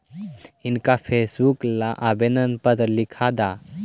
नएका चेकबुक ला आवेदन पत्र लिखा द